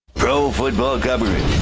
pro football government.